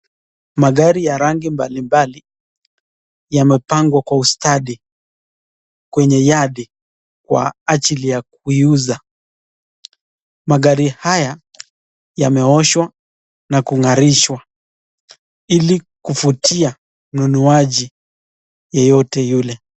Magari ya rangi mbalimbali yamepangwa Kwa ustadi. Kwenye yadi, kwa ajili ya kuiuza. Magari haya, yameoshwa na kungarishwa. Ili kuvutia mnunuaji yoyote yule.